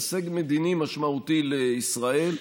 הישג מדיני משמעותי לישראל,